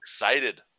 excited